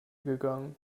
gegangen